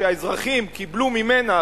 שהאזרחים קיבלו ממנה,